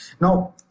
Now